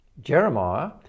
Jeremiah